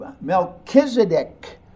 Melchizedek